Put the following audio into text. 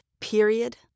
period